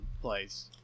place